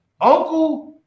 Uncle